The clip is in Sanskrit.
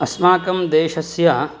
अस्माकं देशस्य